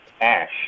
ash